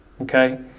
okay